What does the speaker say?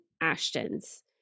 Ashton's